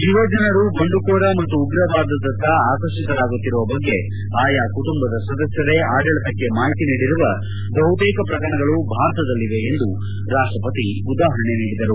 ಯುವಜನರು ಬಂಡುಕೋರ ಮತ್ತು ಉಗ್ರ ವಾದದತ್ತ ಆಕರ್ಷಿತರಾಗುತ್ತಿರುವ ಬಗ್ಗೆ ಆಯಾ ಕುಟುಂಬದ ಸದಸ್ಟರೇ ಆಡಳಿತಕ್ಕೆ ಮಾಹಿತಿ ನೀಡಿರುವ ಬಹುತೇಕ ಪ್ರಕರಣಗಳು ಭಾರತದಲ್ಲಿವೆ ಎಂದು ರಾಷ್ವಪತಿ ಉದಾಹರಣೆ ನೀಡಿದರು